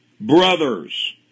brothers